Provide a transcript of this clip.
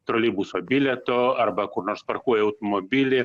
troleibuso bilieto arba kur nors parkuoja automobilį